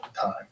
time